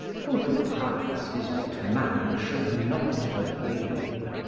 for the past is what man should not have been.